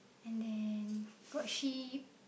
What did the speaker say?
and then got sheep